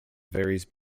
varies